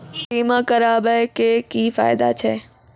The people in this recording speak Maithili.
बीमा कराबै के की फायदा छै?